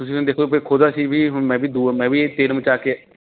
ਤੁਸੀਂ ਵੀ ਹੁਣ ਦੇਖੋ ਫਿਰ ਖੁਦ ਅਸੀਂ ਵੀ ਹੁਣ ਮੈਂ ਵੀ ਦੂਰੋਂ ਮੈਂ ਵੀ ਤੇਲ ਮਚਾ ਕੇ